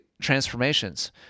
transformations